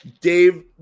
Dave –